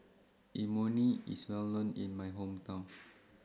Imoni IS Well known in My Hometown